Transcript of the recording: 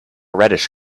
reddish